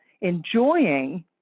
enjoying